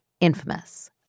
Infamous